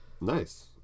Nice